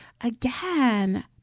again